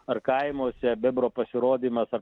ar kaimuose bebro pasirodymas ar